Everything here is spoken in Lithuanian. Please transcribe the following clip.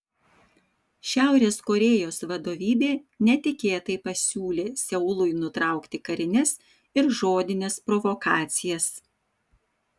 šiaurės korėjos vadovybė netikėtai pasiūlė seului nutraukti karines ir žodines provokacijas